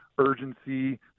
urgency